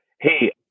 hey